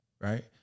right